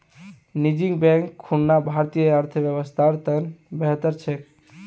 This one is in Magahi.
निजी बैंक खुलना भारतीय अर्थव्यवस्थार त न बेहतर छेक